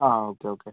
ആ okay okay